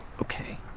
Okay